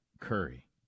Curry